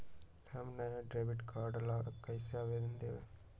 हम नया debit card ला कईसे आवेदन दिउ?